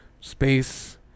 Space